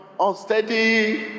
Unsteady